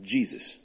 Jesus